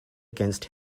against